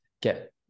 get